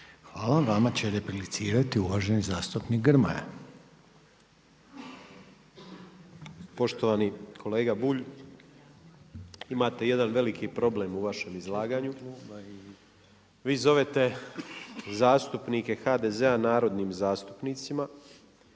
Hvala. Vama će replicirati uvaženi zastupnik Grmoja. **Grmoja, Nikola (MOST)** Poštovani kolega Bulj, imate jedan veliki problem u vašem izlaganju. Vi zovete zastupnike HDZ-a narodnim zastupnicima.